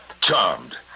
Charmed